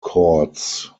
courts